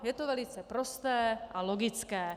Je to velice prosté a logické.